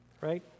right